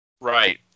Right